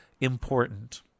important